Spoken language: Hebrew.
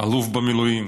אלוף במילואים,